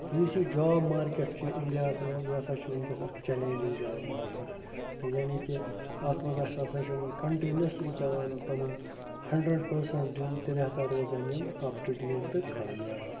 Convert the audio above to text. یُس یہِ job market چھُ اِنڈیاہَس منٛز یہِ ہَسا چھُ وٕنکٮ۪س اَکھ چیلینٛجِنٛگ جاب مارکیٹ تہٕ یعنی کہِ اَتھ منٛز ہَسا چھُ ہَسا چھُ یِمَن کَنٹِنیوسلی پٮ۪وان پَنُن ہَنٛڈرَنٛڈ پٔرسَنٛٹ دیُن تیٚلہِ ہَسا روزَن یِم اَپ ٹُو ڈیٹ تہٕ کامیاب